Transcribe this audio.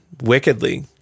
wickedly